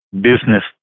business